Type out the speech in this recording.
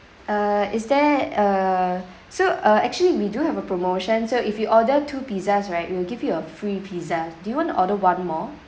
err is there err so uh actually we do have a promotion so if you order two pizzas right we will give you a free pizza do you want to order one more